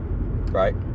Right